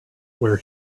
where